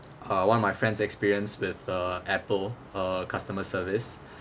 uh one of my friend's experience with uh apple uh customer service